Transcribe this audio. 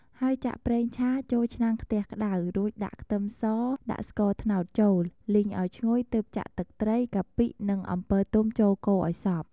ហើយចាក់ប្រេងឆា ចូលឆ្នាំងខ្ទះក្តៅ រួចដាក់ខ្ទឹមស ដាក់ស្ករត្នោតចូល លីងឱ្យឈ្ងុយទើបចាក់ទឹកត្រី កាពិ និងអំពិលទុំចូលកូរឱ្យសព្វ។